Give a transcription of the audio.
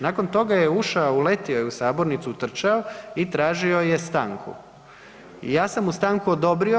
Nakon toga je ušao, uletio je u sabornicu, utrčao i tražio je stanku i ja sam mu stanku odobrio.